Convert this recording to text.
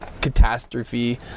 catastrophe